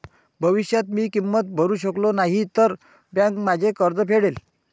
भविष्यात मी किंमत भरू शकलो नाही तर बँक माझे कर्ज फेडेल